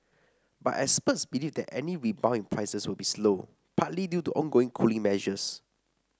but experts believe that any rebound in prices will be slow partly due to ongoing cooling measures